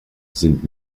sind